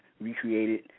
recreated